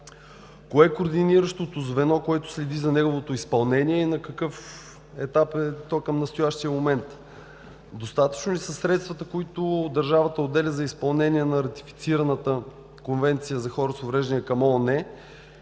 Кое е координиращото звено, което следи за неговото изпълнение и на какъв етап е то към настоящия момент? Достатъчно ли са средствата, които държавата отделя за изпълнение на ратифицираната конвенция за хора с увреждания към ООН